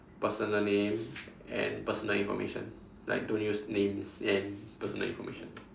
personal name and personal information like don't use names and personal information